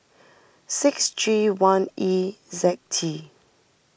six G one E Z T